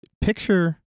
picture